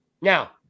Now